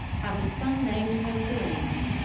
have a son named hercules.